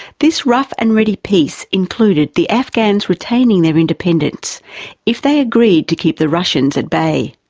this rough-and-ready peace included the afghans retaining their independence if they agreed to keep the russians at bay.